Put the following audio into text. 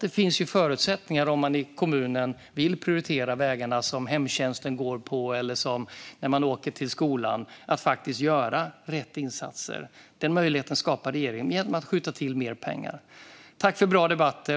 Det finns alltså förutsättningar om man i kommunen vill prioritera vägarna som hemtjänsten kör på och som barnen åker till skolan på att faktiskt göra rätt insatser. Den möjligheten skapar regeringen genom att skjuta till mer pengar. Tack för bra debatter!